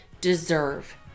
deserve